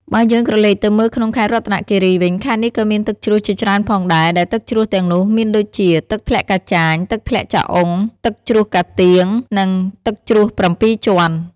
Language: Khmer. បើយើងក្រឡេកទៅមើលក្នុងខេត្តរតនគិរីវិញ ខេត្តនេះក៏មានទឹកជ្រោះជាច្រើនផងដែរ ដែលទឹកជ្រោះទាំងនោះមានដូចជា ទឹកធ្លាក់កាចាញ ទឹកធ្លាក់ចាអ៊ុង ទឹកជ្រោះកាទៀង និងទឹកជ្រោះ៧ជាន់។